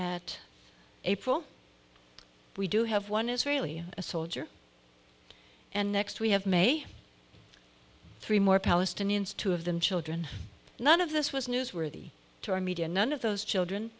at april we do have one israeli soldier and next we have made three more palestinians two of them children none of this was newsworthy to our media none of those children